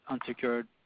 unsecured